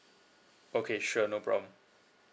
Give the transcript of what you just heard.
okay sure no problem